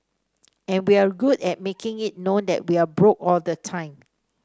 and we're good at making it known that we are broke all the time